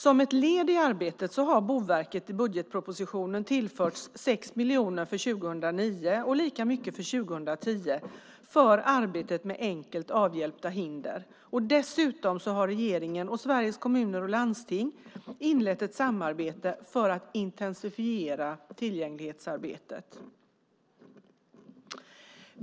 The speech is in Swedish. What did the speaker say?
Som ett led i arbetet har Boverket i budgetpropositionen tillförts 6 miljoner för 2009 och lika mycket för 2010 för arbetet med enkelt avhjälpta hinder. Dessutom har regeringen och Sveriges Kommuner och Landsting inlett ett samarbete för att intensifiera tillgänglighetsarbetet.